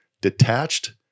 detached